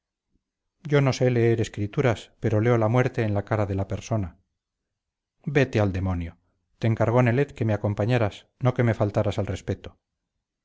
yo no sé leer escrituras pero leo la muerte en la cara de la persona vete al demonio te encargó nelet que me acompañaras no que me faltaras al respeto